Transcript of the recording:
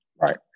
Right